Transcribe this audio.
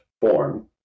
form